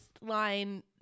line